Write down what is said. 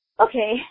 okay